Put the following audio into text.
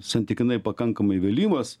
santykinai pakankamai vėlyvas